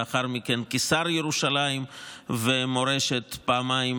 לאחר מכן כשר ירושלים ומורשת פעמיים,